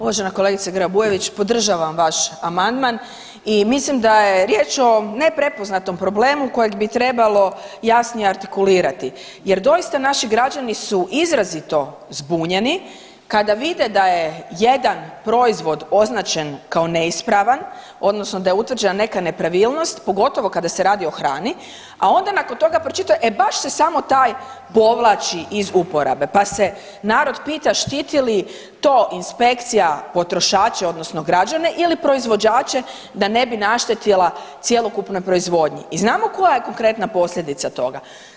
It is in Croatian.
Uvažena kolegice Grba Bujević podržavam vaš amandman i mislim da je riječ o neprepoznatom problemu kojeg bi trebalo jasnije artikulirati jer doista naši građani su izrazito zbunjeni kada vide da je jedan proizvod označen kao neispravan odnosno da je utvrđena neka nepravilnost pogotovo kad se radi o hrani, a onda nakon toga pročitao e baš se samo taj povlači iz uporabe, pa se narod pita štiti li to inspekcija potrošače odnosno građane ili proizvođače da ne bi naštetila cjelokupnoj proizvodnji i znamo koja je konkretna posljedica toga.